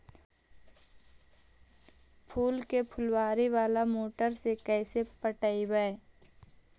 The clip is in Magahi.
फूल के फुवारा बाला मोटर से कैसे पटइबै?